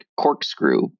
corkscrew